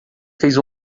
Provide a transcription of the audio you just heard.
fez